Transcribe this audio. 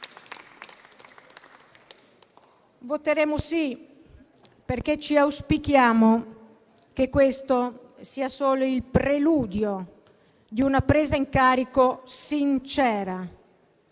Voteremo sì, perché auspichiamo che questo sia solo il preludio di una presa in carico sincera.